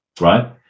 right